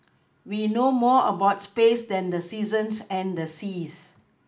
we know more about space than the seasons and the seas